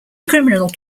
criminal